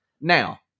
Now